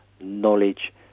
knowledge